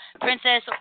Princess